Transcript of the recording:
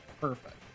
perfect